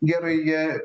gerai jie